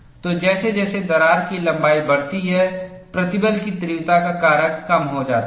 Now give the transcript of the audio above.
तो जैसे जैसे दरार की लंबाई बढ़ती है प्रतिबल की तीव्रता का कारक कम होता जाता है